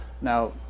now